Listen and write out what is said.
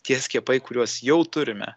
tie skiepai kuriuos jau turime